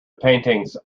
paintings